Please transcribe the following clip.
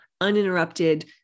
uninterrupted